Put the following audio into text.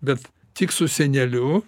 bet tik su seneliu